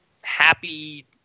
happy